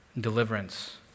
deliverance